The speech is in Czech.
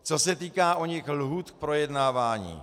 Co se týká oněch lhůt k projednávání.